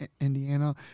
Indiana